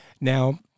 Now